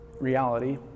reality